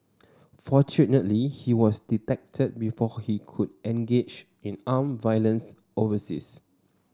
fortunately he was detected before he could engage in armed violence overseas